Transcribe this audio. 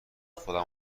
خودم